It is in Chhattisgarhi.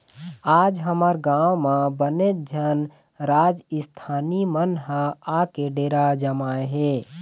आज हमर गाँव म बनेच झन राजिस्थानी मन ह आके डेरा जमाए हे